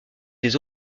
des